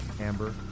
amber